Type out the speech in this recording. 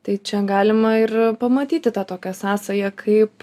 tai čia galima ir pamatyti tą tokią sąsają kaip